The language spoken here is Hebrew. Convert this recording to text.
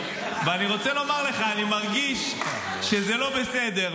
ואני רוצה לומר לך שאני מרגיש שזה לא בסדר,